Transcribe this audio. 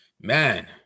Man